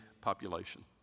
population